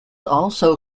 also